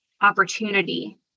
opportunity